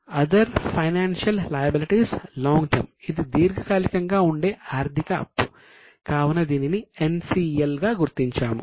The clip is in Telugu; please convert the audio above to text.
other financial liabilities long term ఇది దీర్ఘకాలికంగా ఉండే ఆర్థిక అప్పు కావున దీనిని NCLగా గుర్తించాము